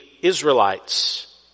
Israelites